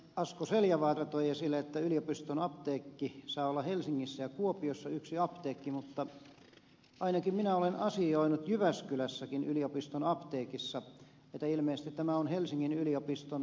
asko seljavaara toi esille että yliopiston apteekki saa olla helsingissä ja kuopiossa yksi apteekki mutta ainakin minä olen asioinut jyväskylässäkin yliopiston apteekissa että ilmeisesti tämä on helsingin yliopiston sivuapteekki